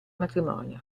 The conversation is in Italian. matrimonio